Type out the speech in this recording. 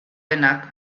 denak